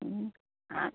হুম আ